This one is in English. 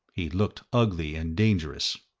he looked ugly and dangerous.